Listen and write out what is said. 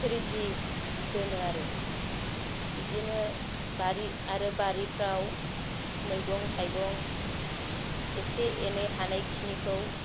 रेदि दोनो आरो बिदिनो बारि आरो बारिफ्राव मैगं थाइगं एसे एनै हानायखिनिखौ